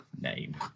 name